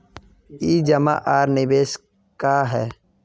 ई जमा आर निवेश का है?